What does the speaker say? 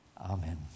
amen